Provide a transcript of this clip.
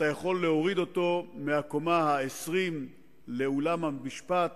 אתה יכול להוריד אסיר מהקומה ה-20 לאולם המשפט